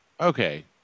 Okay